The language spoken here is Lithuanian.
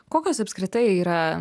kokios apskritai yra